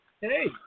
Hey